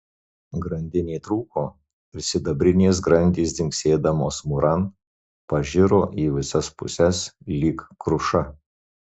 grandinė trūko ir sidabrinės grandys dzingsėdamos mūran pažiro į visas puses lyg kruša